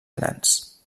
grans